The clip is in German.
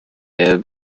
der